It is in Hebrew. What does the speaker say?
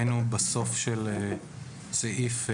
היינו בסוף של סעיף (א)